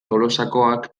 tolosakoak